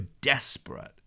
desperate